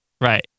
Right